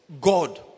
God